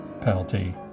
penalty